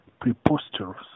preposterous